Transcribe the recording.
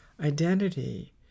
identity